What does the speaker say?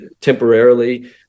temporarily